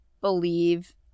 believe